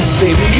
baby